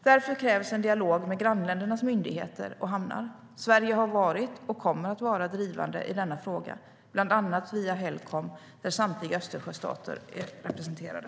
Därför krävs en dialog med grannländernas myndigheter och hamnar. Sverige har varit och kommer att vara drivande i denna fråga, bland annat via Helcom, där samtliga Östersjöstater är representerade.